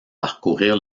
parcourir